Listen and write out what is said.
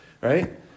right